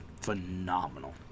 phenomenal